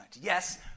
Yes